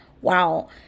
wow